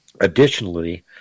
Additionally